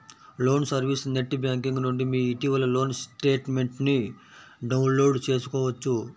loan service net banking నుండి మీ ఇటీవలి లోన్ స్టేట్మెంట్ను డౌన్లోడ్ చేసుకోవచ్చు